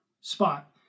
spot